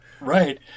right